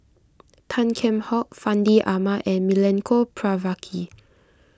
Tan Kheam Hock Fandi Ahmad and Milenko Prvacki